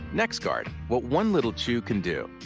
nexgard. what one little chew can do.